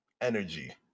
energy